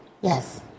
Yes